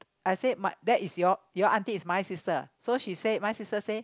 I said my that is your your aunty is my sister so she say my sister say